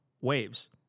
waves